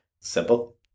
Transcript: simple